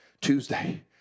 Tuesday